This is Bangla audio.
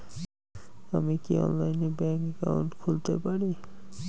আমি কি অনলাইনে ব্যাংক একাউন্ট খুলতে পারি?